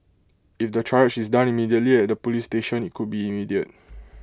if the triage is done immediately at the Police station IT could be immediate